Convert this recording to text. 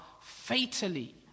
fatally